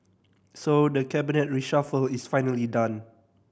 so the Cabinet reshuffle is finally done